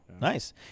nice